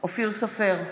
אופיר סופר,